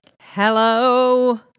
Hello